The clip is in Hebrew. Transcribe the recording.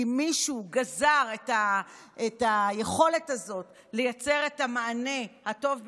כי מישהו גזר את היכולת הזאת לייצר את המענה הטוב ביותר,